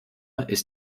ist